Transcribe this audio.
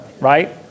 right